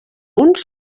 punts